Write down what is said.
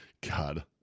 God